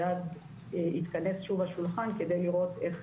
ואז יתכנס שוב השולחן כדי לראות איך